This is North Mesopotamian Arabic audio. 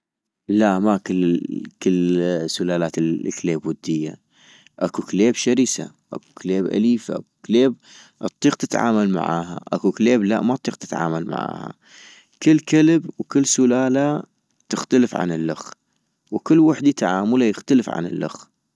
لا ما كل ال كل سلالات الكليب ودية - اكو كليب شرسة اكو كليب اليفة، اكو كليب اطيق تتعامل معاها، اكو كليب لأ ما اطيق تتعامل معناها ، كل كلب وكل سلالة تختلف عن الله وكل وحدي تعاملا يختلف عن اللخ